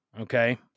Okay